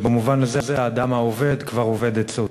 ובמובן הזה האדם העובד כבר אובד עצות.